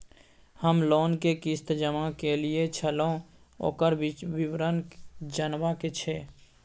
हम लोन के किस्त जमा कैलियै छलौं, ओकर विवरण जनबा के छै?